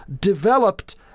developed